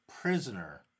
prisoner